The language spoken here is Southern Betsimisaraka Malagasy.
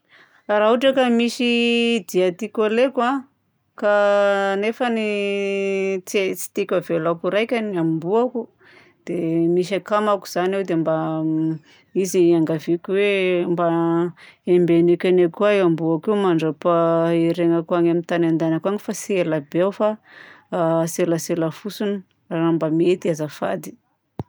Raha ohatra ka misy dia tiako haleha ka nefany tsy tiako havelako raika ny amboako, dia misy akamako zany eo dia mba izy iangaviako hoe mba embeno kely eo koa amboako io mandra-paha heregnako agny amin'ny tany andehanako agny fa tsy ela be aho fa tsielatsiela fotsiny raha mba mety azafady.